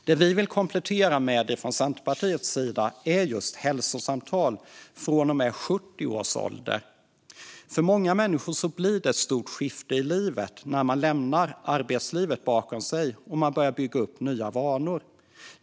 Det som vi vill komplettera med från Centerpartiet är just hälsosamtal från och med 70 års ålder. För många människor blir det ett stort skifte i livet när de lämnar arbetslivet bakom sig och börjar bygga upp nya vanor.